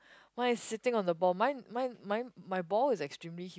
mine is sitting on the ball mine mine mine my ball is extremely